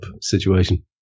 situation